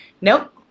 nope